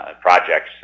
projects